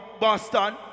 Boston